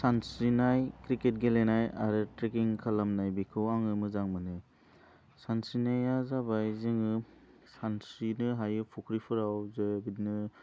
सानस्रिनाय क्रिकेट गेलेनाय आरो ट्रेकिं खालामनाय बेखौ आङो मोजां मोनो सानस्रिनाया जाबाय जोङो सानस्रिनो हायो फुख्रिफोराव जो बिदिनो